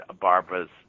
Barbara's